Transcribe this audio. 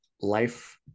life